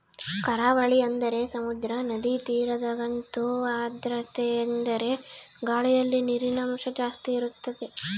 ಕರಾವಳಿ ಅಂದರೆ ಸಮುದ್ರ, ನದಿ ತೀರದಗಂತೂ ಆರ್ದ್ರತೆಯೆಂದರೆ ಗಾಳಿಯಲ್ಲಿ ನೀರಿನಂಶ ಜಾಸ್ತಿ ಇರುತ್ತದೆ